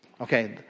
Okay